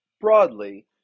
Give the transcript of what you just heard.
broadly